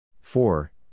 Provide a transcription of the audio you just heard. four